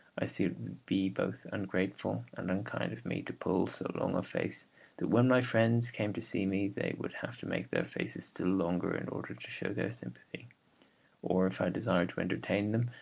i see it would be both ungrateful and unkind of me to pull so long a face that when my friends came to see me they would have to make their faces still longer in order to show their sympathy or, if i desired to entertain them,